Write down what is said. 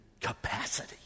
capacity